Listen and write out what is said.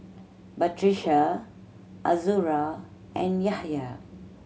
Batrisya Azura and Yahya